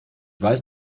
weiß